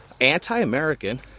anti-American